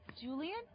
Julian